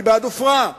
אני בעד עופרה,